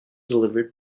delivered